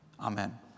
Amen